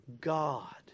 God